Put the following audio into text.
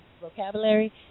vocabulary